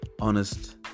honest